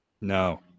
No